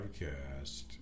podcast